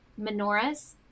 menorahs